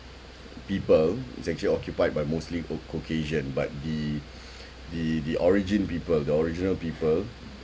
people it's actually occupied by mostly cau~ caucasian but the the the origin people the original people